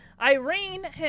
Irene